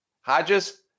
Hodges